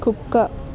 కుక్క